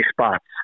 spots